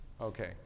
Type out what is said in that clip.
Okay